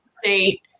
State